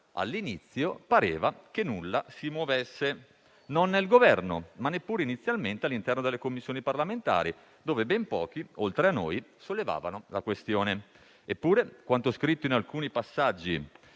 all'inizio pareva che nulla si muovesse: non nel Governo, ma, inizialmente, neanche all'interno delle Commissioni parlamentari, dove ben pochi, oltre a noi, sollevavano la questione. Eppure, quanto scritto in alcuni passaggi